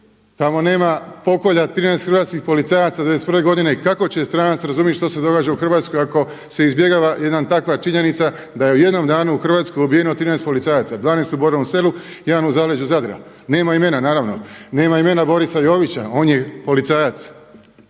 tamo nema pokolja 13 hrvatskih policajaca '91. godine i kako će stranac razumjeti što se događa u Hrvatskoj ako se izbjegava jedna takva činjenica da je u jednom danu u Hrvatskoj ubijeno 13 policajaca, 12 u Borovom Selu, jedan u zaleđu Zadra. Nema imena naravno. Nema imena Borisa Jovića, on je policajac,